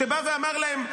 שבא ואמר להם: